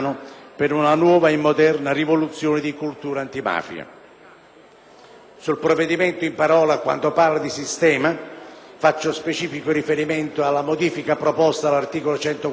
Sul provvedimento in titolo, quando parlo di sistema faccio specifico riferimento alla modifica proposta all'articolo 143 del decreto legislativo